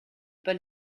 pas